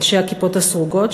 אנשי הכיפות הסרוגות,